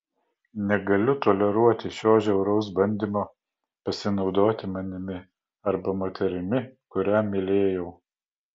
negaliu toleruoti šio žiauraus bandymo pasinaudoti manimi arba moterimi kurią mylėjau